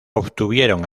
obtuvieron